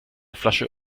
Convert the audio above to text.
flasche